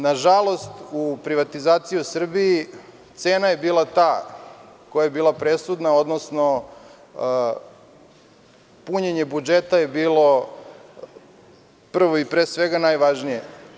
Nažalost, u privatizaciji u Srbiji cena je bila ta koja je bila presudna, odnosno punjenje budžeta je bilo prvo i, pre svega, najvažnije.